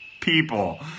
people